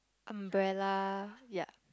umbrella ya